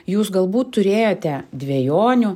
jūs galbūt turėjote dvejonių